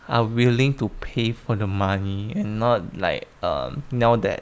are willing to pay for the money and not like um niao that